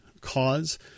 cause